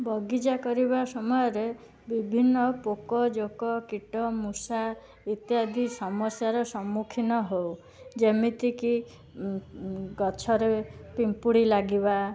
ବଗିଚା କରିବା ସମୟରେ ବିଭିନ୍ନ ପୋକ ଜୋକ କୀଟ ମୂଷା ଇତ୍ୟାଦି ସମସ୍ୟାର ସମୁଖୀନ ହଉ ଯେମିତି କି ଗଛରେ ପିମ୍ପୁଡ଼ି ଲାଗିବା